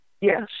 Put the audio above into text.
Yes